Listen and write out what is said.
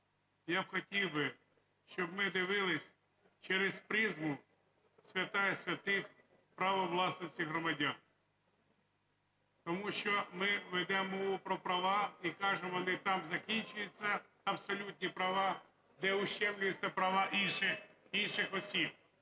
я хотів би, щоб ми дивились через призму святая святих – право власності громадян. Тому що ми ведемо мову про права і кажемо, вони там закінчуються, абсолютні права, де ущемлюються права інших,